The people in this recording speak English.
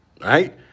right